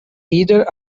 either